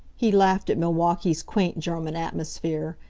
he laughed at milwaukee's quaint german atmosphere.